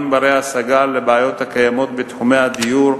בני-השגה לבעיות הקיימות בתחומי הדיור,